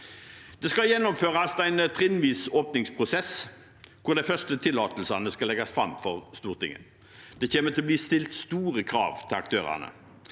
Det skal gjennomføres en trinnvis åpningsprosess hvor de første tillatelsene skal legges fram for Stortinget. Det kommer til å bli stilt store krav til aktørene.